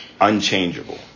unchangeable